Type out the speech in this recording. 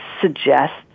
suggests